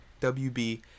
wb